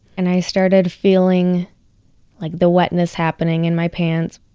and i started feeling like the wetness happening in my pants.